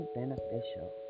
beneficial